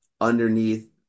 Underneath